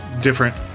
different